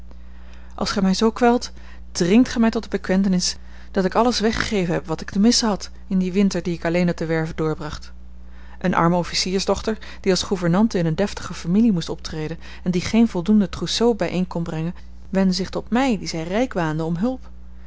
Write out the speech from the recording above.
als gij mij zoo kwelt dringt gij mij tot de bekentenis dat ik alles weggegeven heb wat ik te missen had in dien winter dien ik alleen op de werve doorbracht eene arme officiersdochter die als gouvernante in eene deftige familie moest optreden en die geen voldoende trousseau bijeen kon brengen wendde zich tot mij die zij rijk waande om hulp